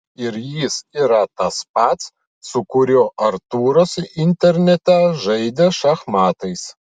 ir jis yra tas pats su kuriuo artūras internete žaidė šachmatais